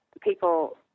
people